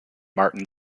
martin